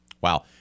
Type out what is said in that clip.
Wow